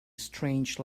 strange